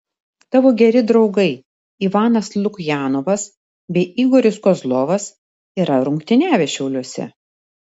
tavo geri draugai ivanas lukjanovas bei igoris kozlovas yra rungtyniavę šiauliuose